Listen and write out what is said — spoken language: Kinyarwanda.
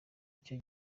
icyo